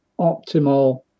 optimal